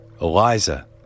Eliza